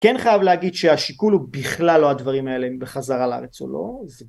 כן חייב להגיד שהשיקול הוא בכלל לא הדברים האלה אם בחזרה לארץ או לא